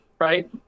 right